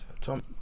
Tom